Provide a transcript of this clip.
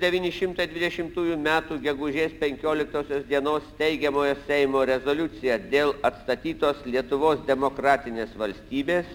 devyni šimtai dvidešimtųjų metų gegužės penkioliktosios dienos steigiamojo seimo rezoliucija dėl atstatytos lietuvos demokratinės valstybės